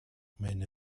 meine